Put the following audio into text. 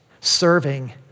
serving